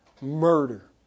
murder